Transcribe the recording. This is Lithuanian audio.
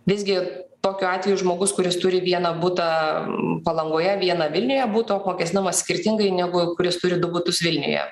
visgi tokiu atveju žmogus kuris turi vieną butą palangoje vieną vilniuje būtų apmokestinamas skirtingai negu kuris turi du butus vilniuje